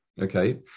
Okay